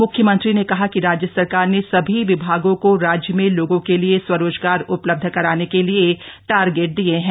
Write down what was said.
मुख्यमंत्री ने कहा कि राज्य सरकार ने सभी विभागों को राज्य में लोगों के लिए स्वरोजगार उपलब्ध कराने के लिए टारगेट दिये हैं